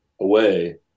away